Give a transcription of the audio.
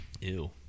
Ew